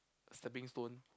stepping stone